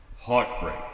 Heartbreak